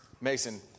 Mason